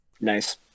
Nice